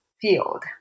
field